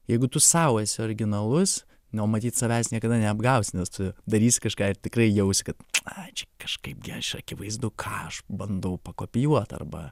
jeigu tu sau esi originalus nu o matyt savęs niekada neapgausi nes tu darysi kažką ir tikrai jausi kad ai čia kažkaip gi aš akivaizdu ką aš bandau pakopijuot arba